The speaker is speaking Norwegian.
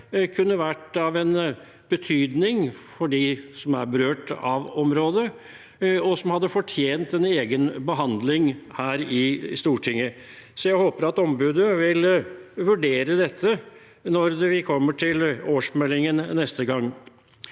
kunne vært av betydning for dem som er berørt av området, og hadde fortjent en egen behandling her i Stortinget. Så jeg håper at ombudet vil vurdere dette når vi kommer til årsmeldingen neste gang.